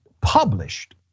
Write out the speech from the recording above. published